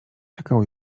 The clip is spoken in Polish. czekał